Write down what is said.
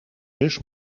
zus